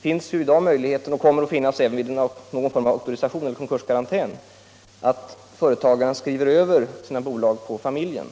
finns ju i dag och kommer att finnas även vid någon form av auktorisation eller konkurskarantän att företagaren skriver över sina bolag på familjen.